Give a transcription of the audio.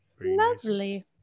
lovely